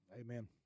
Amen